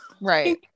right